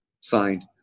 signed